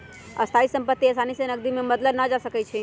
स्थाइ सम्पति असानी से नकदी में बदलल न जा सकइ छै